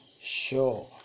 sure